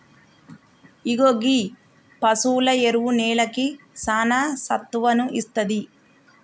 ఇగో గీ పసువుల ఎరువు నేలకి సానా సత్తువను ఇస్తాది